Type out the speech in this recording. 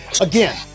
again